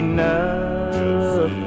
Enough